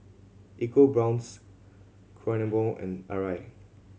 EcoBrown's Kronenbourg and Arai